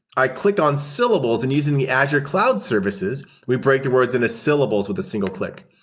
i clicked on syllables, and using the azure cloud services, we break the words in a syllables with a single click.